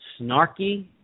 snarky